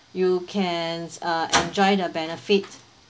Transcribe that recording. you can uh enjoy the benefit